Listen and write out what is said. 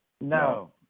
No